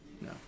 No